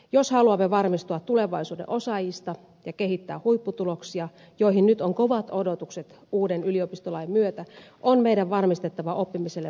jos haluamme varmistua tulevaisuuden osaajista ja kehittää huipputuloksia joihin nyt on kovat odotukset uuden yliopistolain myötä on meidän varmistettava oppimiselle vankka perusta